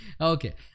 Okay